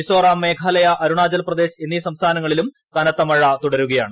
മിസോറാം മേഘാലയ അരുണാചൽ പ്രദേശ് എന്നീ സംസ്ഥാനങ്ങളിലും കനത്ത മഴ തുടരുകയാണ്